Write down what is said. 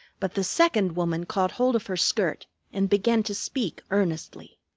but the second woman caught hold of her skirt and began to speak earnestly.